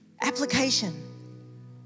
Application